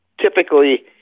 typically